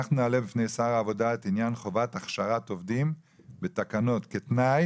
אנחנו נעלה בפני שר העבודה את עניין חובת הכשרת עובדים בתקנות כתנאי